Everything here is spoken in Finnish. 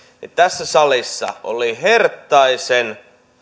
tässä salissa oli herttaisen